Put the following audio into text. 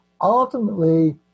ultimately